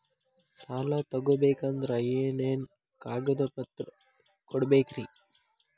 ಸಾಲ ತೊಗೋಬೇಕಂದ್ರ ಏನೇನ್ ಕಾಗದಪತ್ರ ಕೊಡಬೇಕ್ರಿ?